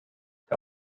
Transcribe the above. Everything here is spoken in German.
der